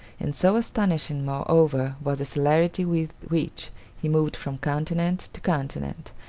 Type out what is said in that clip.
and so astonishing, moreover, was the celerity with which he moved from continent to continent,